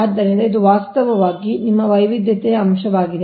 ಆದ್ದರಿಂದ ಇದು ವಾಸ್ತವವಾಗಿ ನಿಮ್ಮ ವೈವಿಧ್ಯತೆಯ ಅಂಶವಾಗಿದೆ